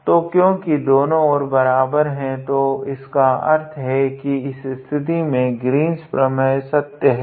तो क्योकि दोनों और बराबर है तो इसका अर्थ है की इस स्थिति में ग्रीन्स प्रमेय सत्य है